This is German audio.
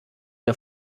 der